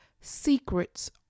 secrets